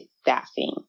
staffing